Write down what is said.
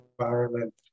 environment